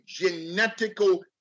genetical